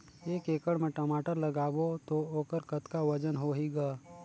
एक एकड़ म टमाटर लगाबो तो ओकर कतका वजन होही ग?